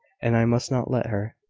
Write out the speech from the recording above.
and i must not let her,